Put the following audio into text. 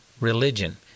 religion